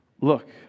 look